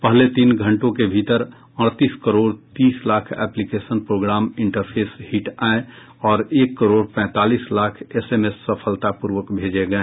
पहले तीन घंटों के भीतर अड़तीस करोड़ तीस lakh application program interface hit आए और एक करोड़ पैंतालीस लाख एसएमएस सफलतापूर्वक भेजे गए